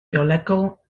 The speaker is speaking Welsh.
biolegol